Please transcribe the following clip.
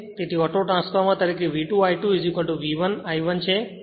તેથી તે ઓટોટ્રાન્સફોર્મર તરીકે V2 I2 V1 I છે